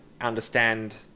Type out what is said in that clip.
understand